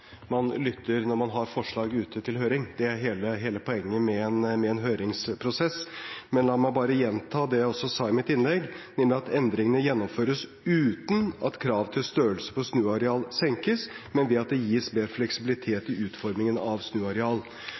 man lytter når man har forslag ute til høring. Det er hele poenget med en høringsprosess. Men la meg bare gjenta det jeg også sa i mitt innlegg, nemlig at endringene gjennomføres uten at krav til størrelse på snuareal senkes, men ved at det gis mer fleksibilitet i utformingen av snuareal.